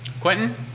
Quentin